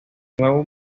nuevo